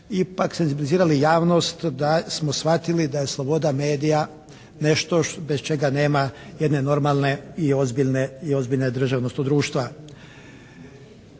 ipak senzibilizirali javnost da smo shvatili da je sloboda medija nešto bez čega nema jedne normalne i ozbiljne države, odnosno društva.